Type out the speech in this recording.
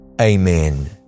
amen